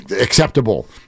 acceptable